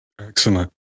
Excellent